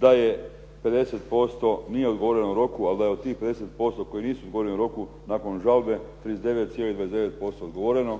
da je 50% nije odgovoreno u roku, ali da je od tih 50% koji nisu odgovorili u roku nakon žalbe 39,29% odgovoreno,